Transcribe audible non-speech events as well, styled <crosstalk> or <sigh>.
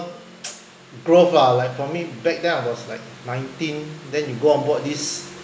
<noise> growth lah like for me back then I was like nineteen then you go onboard this